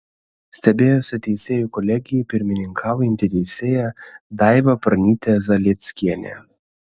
stebėjosi teisėjų kolegijai pirmininkaujanti teisėja daiva pranytė zalieckienė